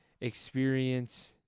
experience